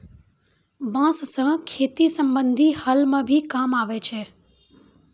बांस सें खेती संबंधी हल म भी काम आवै छै